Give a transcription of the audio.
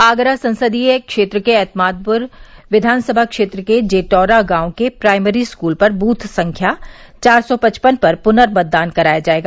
आगरा संसदीय क्षेत्र के एत्मादप्र विघानसभा क्षेत्र के जेटौरा गांव के प्राइमरी स्कूल पर बूथ संख्या चार सौ पचपन पर पुनर्मतदान कराया जायेगा